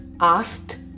asked